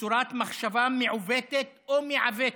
מצורת מחשבה מעֻוותת או מעוֵותת,